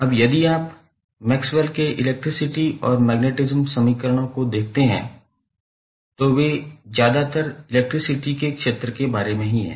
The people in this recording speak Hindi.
अब यदि आप मैक्सवेल के इलेक्ट्रिसिटी और मैग्नेटिज्म समीकरणों को देखते हैं तो वे ज्यादातर इलेक्ट्रिसिटी के क्षेत्र के बारे में हैं